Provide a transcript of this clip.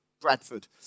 Bradford